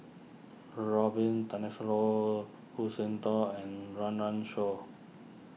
Robin Tessensohn Khoo seng toon and Run Run Shaw